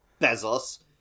Bezos